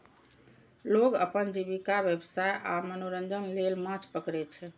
लोग अपन जीविका, व्यवसाय आ मनोरंजन लेल माछ पकड़ै छै